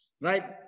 Right